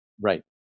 Right